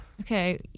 Okay